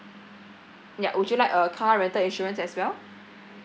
ya would you like a car rental insurance as well